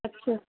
ਅੱਛਾ